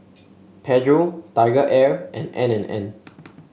Pedro TigerAir and N and N